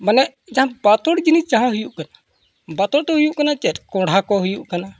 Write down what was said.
ᱢᱟᱱᱮ ᱡᱟᱦᱟᱸ ᱵᱟᱛᱳᱲ ᱡᱤᱱᱤᱥ ᱡᱟᱦᱟᱸ ᱦᱩᱭᱩᱜ ᱠᱟᱱᱟ ᱵᱟᱛᱳᱲ ᱫᱚ ᱦᱩᱭᱩᱜ ᱠᱟᱱᱟ ᱪᱮᱫ ᱠᱚᱰᱷᱟ ᱠᱚ ᱦᱩᱭᱩᱜ ᱠᱟᱱᱟ